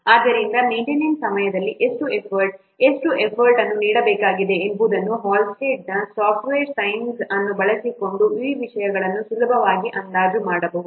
ಆದ್ದರಿಂದ ಮೇಂಟೆನೆನ್ಸ್ ಸಮಯದಲ್ಲಿ ಎಷ್ಟು ಎಫರ್ಟ್ ಎಷ್ಟು ಎಫರ್ಟ್ ಅನ್ನು ನೀಡಬೇಕಾಗಿದೆ ಎಂಬುದನ್ನು ಹಾಲ್ಸ್ಟೆಡ್ನ ಸಾಫ್ಟ್ವೇರ್ ಸೈನ್ಸ್Halstead's software science ಅನ್ನು ಬಳಸಿಕೊಂಡು ಆ ವಿಷಯಗಳನ್ನು ಸುಲಭವಾಗಿ ಅಂದಾಜು ಮಾಡಬಹುದು